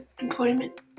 employment